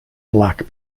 black